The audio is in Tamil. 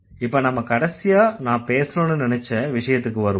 இப்ப நாம கடைசியா நான் பேசணும்னு நினைச்ச விஷயத்துக்கு வருவோம்